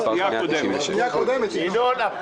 מס' פנייה 96. ינון,